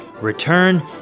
return